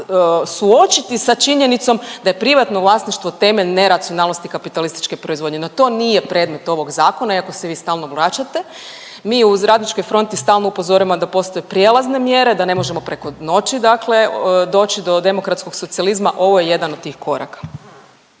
suočiti sa činjenicom da je privatno vlasništvo temelj neracionalnosti kapitalističke proizvodnje, no to nije predmet ovog zakona iako se vi stalno vraćate. Mi u Radničkoj fronti stalno upozoravamo da postoje prijelazne mjere, da ne možemo preko noći, dakle doći do demokratskog socijalizma. Ovo je jedan od tih koraka.